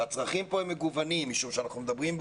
והצרכים פה הם מגוונים משום שאנחנו מדברים על